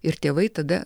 ir tėvai tada